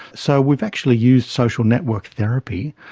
so we've actually used social network therapy,